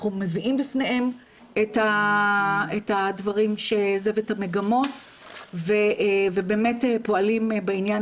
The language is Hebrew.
אנחנו מביאים בפניהם את הדברים ואת המגמות ובאמת פועלים בעניין